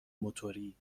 موتوری